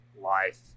life